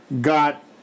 got